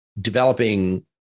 developing